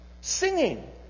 Singing